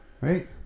right